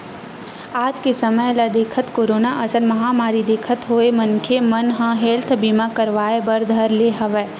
आज के समे ल देखत, कोरोना असन महामारी देखत होय मनखे मन ह हेल्थ बीमा करवाय बर धर ले हवय